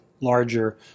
larger